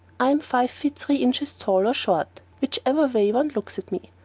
i am five feet three inches tall or short, whichever way one looks at me.